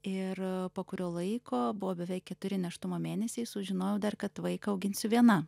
ir a po kurio laiko buvo beveik keturi nėštumo mėnesiai sužinojau dar kad vaiką auginsiu viena